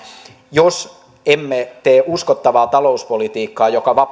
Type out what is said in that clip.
jos emme tee uskottavaa talouspolitiikkaa joka